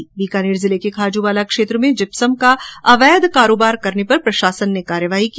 ् बीकानेर जिले के खाजूवाला क्षेत्र में जिप्सम का अवैध कारोबार करने पर प्रशासन ने कार्रवाई की